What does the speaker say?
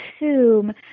assume